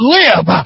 live